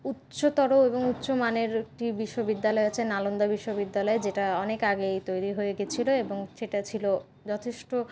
উচ্চতর এবং উচ্চমানের একটি বিশ্ববিদ্যালয় আছে নালন্দা বিশ্ববিদ্যালয় যেটা অনেক আগেই তৈরি হয়ে গেছিল সেটা ছিল যথেষ্ট